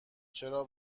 چرا